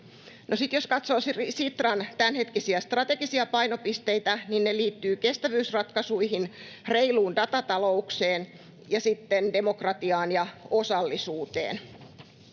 jos katsoo Sitran tämänhetkisiä strategisia painopisteitä, niin ne liittyvät kestävyysratkaisuihin, reiluun datatalouteen ja sitten demokratiaan ja osallisuuteen.